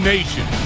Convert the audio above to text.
Nation